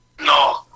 No